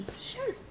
Sure